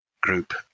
group